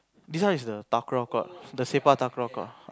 this one is the court the court